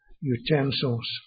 utensils